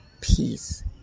peace